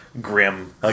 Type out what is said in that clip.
grim